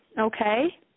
Okay